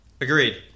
Agreed